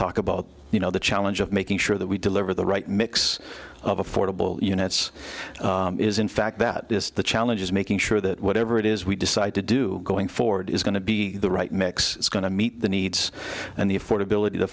talk about you know the challenge of making sure that we deliver the right mix of affordable units is in fact that is the challenge is making sure that whatever it is we decide to do going forward is going to be the right mix going to meet the needs and the affordability the